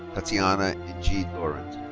tatiana ingie laurent.